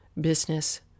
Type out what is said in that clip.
business